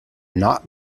not